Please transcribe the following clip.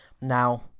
now